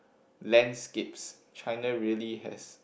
landscapes China really has